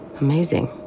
Amazing